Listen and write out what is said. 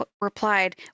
replied